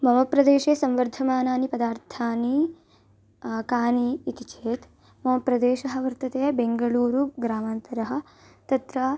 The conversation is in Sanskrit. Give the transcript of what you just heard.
मम प्रदेशे संवर्धमानानि पदार्थानि कानि इति चेत् मम प्रदेशः वर्तते बेङ्गळूरु ग्रामान्तरः तत्र